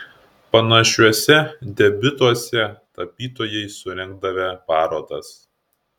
panašiuose debiutuose tapytojai surengdavę parodas